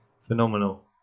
phenomenal